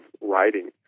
writing